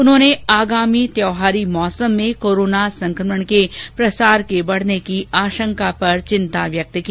उन्होंने आगामी त्यौहारी मौसम में कोरोना संक्रमण के प्रसार के बढने की आशंका पर चिंता व्यक्त की